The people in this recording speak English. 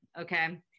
Okay